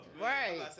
Right